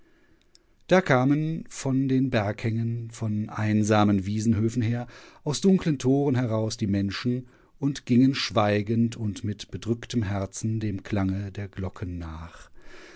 da kamen von den berghängen von einsamen wiesenhöfen her aus dunklen toren heraus die menschen und gingen schweigend und mit bedrücktem herzen dem klange der glocken nach